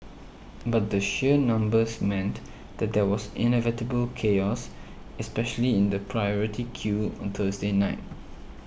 but the sheer numbers meant that there was inevitable chaos especially in the priority queue on Thursday night